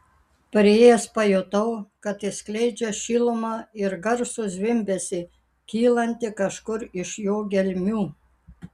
priėjęs pajutau kad jis skleidžia šilumą ir garsų zvimbesį kylantį kažkur iš jo gelmių